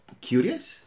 Curious